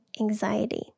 anxiety